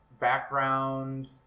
background